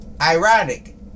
Ironic